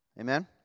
Amen